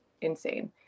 insane